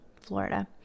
Florida